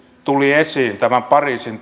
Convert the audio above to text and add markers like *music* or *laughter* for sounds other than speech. tuli esiin erityisesti tämän pariisin *unintelligible*